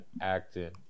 acting